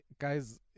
guys